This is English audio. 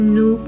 no